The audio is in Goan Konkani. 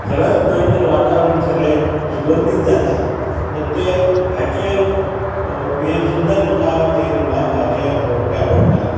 घरचं न्हय तर वातावरण सगळें सुगंधीत जाता तर तें हाचें हें सुंदर म्हाका तें गुला हेचें रोपटें आवडटा